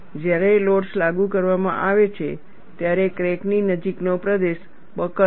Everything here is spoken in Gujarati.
જ્યારે લોડ્સ લાગુ કરવામાં આવે છે ત્યારે ક્રેકની નજીકનો પ્રદેશ બકલ્સ